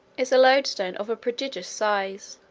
is a loadstone of a prodigious size,